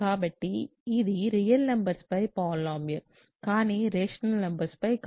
కాబట్టి ఇది real numbers లపై పాలినోమియల్ కానీ రేషనల్ నంబర్స్ పై కాదు